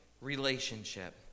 relationship